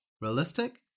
realistic